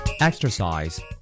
Exercise